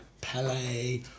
Pele